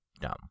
dumb